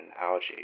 algae